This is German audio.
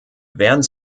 während